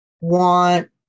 want